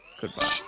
Goodbye